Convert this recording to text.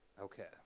Okay